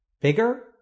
bigger